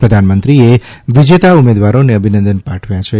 પ્રધાનમંત્રીએ વિજેતા ઉમેદવારોને અભિનંદન પાઠવ્યાં છે